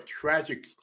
tragic